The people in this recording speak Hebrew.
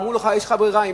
אמרו: יש לך ברירה,